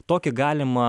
tokį galimą